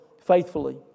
faithfully